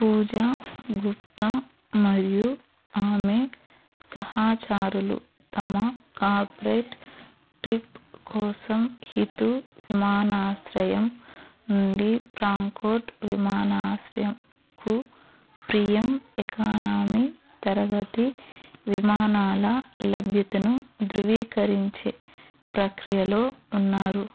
పూజా గుప్తా మరియు ఆమె సహచారులు తమ కార్పొరేట్ ట్రిప్ కోసం హితు విమానాశ్రయం నుండి ఫ్రాంక్ఫర్ట్ విమానాశ్రయంకు ప్రీమియం ఎకానామి తరగతి విమానాల లభ్యతను ధృవీకరించే ప్రక్రియలో ఉన్నారు